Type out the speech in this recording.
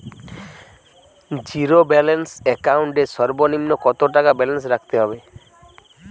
Zero balance account এর সর্বনিম্ন কত টাকা ব্যালেন্স রাখতে হবে?